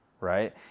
right